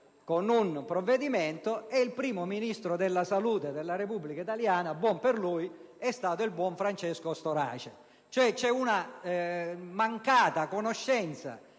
con un provvedimento, tanto che il primo Ministro della salute della Repubblica italiana - buon per lui! - è stato il buon Francesco Storace. C'è, in sostanza, una mancata conoscenza